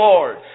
Lord